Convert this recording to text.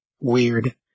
weird